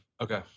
Okay